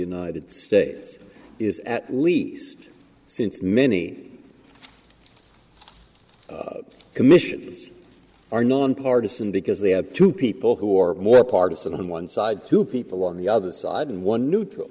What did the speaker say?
united states is at least since many commissions are nonpartisan because they have two people who are more partisan on one side two people on the other side and one neutral